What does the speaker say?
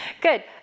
good